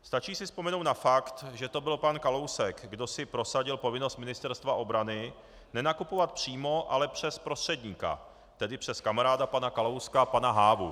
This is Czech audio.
Stačí si vzpomenout na fakt, že to byl pan Kalousek, kdo si prosadil povinnost Ministerstva obrany nenakupovat přímo, ale přes prostředníka, tedy přes kamaráda pana Kalouska pana Hávu.